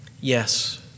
Yes